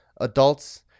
adults